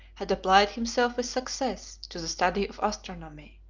had applied himself with success to the study of astronomy.